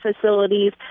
facilities